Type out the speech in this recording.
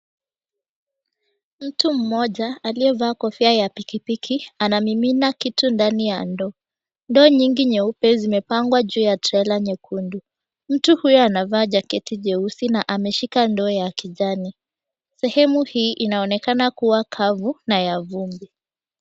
Mtu mmoja aliyevaa kofia ya pikipiki anamimina kitu ndani ya ndoo. Ndoo nyingi nyeupe zimepangwa juu ya trela nyekundu. Mtu huyo anavaa jaketi jeusi na ameshika ndoo ya kijani. Sehemu hii inaonekana kuwa kavu na ya vumbi.